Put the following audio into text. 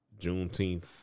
Juneteenth